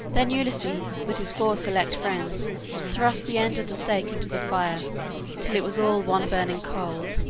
then ulysses with his four select friends thrust the end of the stake into the fire till it was all one burning coal,